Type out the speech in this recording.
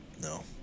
No